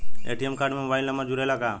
ATM card में mobile number जुरेला का?